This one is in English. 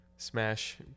smash